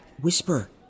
Whisper